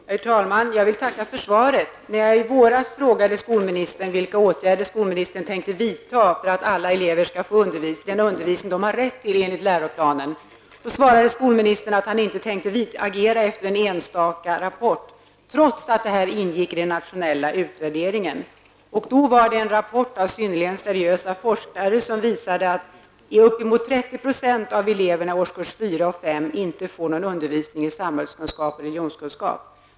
Herr talman! Jag vill tacka för svaret. När jag i våras frågade skolministern om vilka åtgärder han tänkte vidta för att alla elever skall få den undervisning de har rätt till enligt läroplanen svarade skolministern att han inte tänkte agera på grundval av en enstaka rapport, trots att detta ingick i den nationella utvärderingen. Denna rapport hade avgetts av seriösa forskare, och den visade att uppemot 30 % av eleverna i årskurs 4 och 5 inte får någon undervisning i samhällskunskap och religionskunskap.